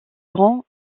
grand